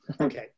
Okay